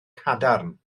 cadarn